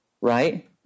right